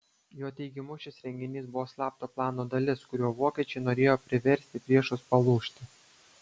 jo teigimu šis reginys buvo slapto plano dalis kuriuo vokiečiai norėjo priversti priešus palūžti